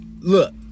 Look